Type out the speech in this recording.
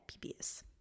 PBS